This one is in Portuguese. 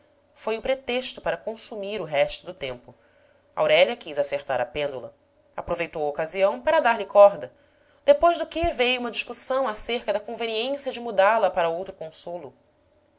foi o pretexto para consumir o resto do tempo aurélia quis acertar a pêndula aproveitou a ocasião para dar-lhe corda depois do que veio uma discussão cerca da conveniência de mudá la para outro consolo